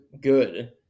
good